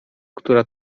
która